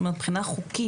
זאת אומרת, מבחינה חוקית